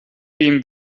den